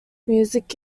music